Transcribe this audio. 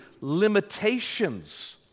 limitations